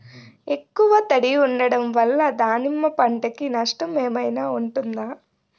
ఎక్కువ తడి ఉండడం వల్ల దానిమ్మ పంట కి నష్టం ఏమైనా ఉంటుందా?